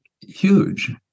huge